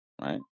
right